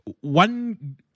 One